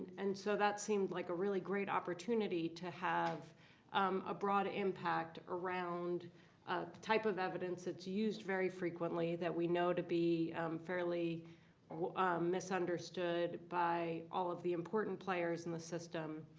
and so that seemed like a really great opportunity to have um a broad impact around a type of evidence that's used very frequently that we know to be fairly misunderstood by all of the important players in the system.